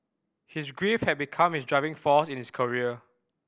his grief had become his driving force in his career